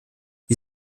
die